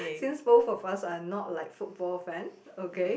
since both of us are not like football fan okay